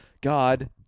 God